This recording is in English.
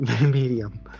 medium